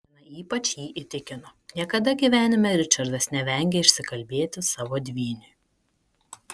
viena ypač jį įtikino niekada gyvenime ričardas nevengė išsikalbėti savo dvyniui